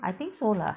I think so lah